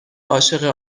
عاشق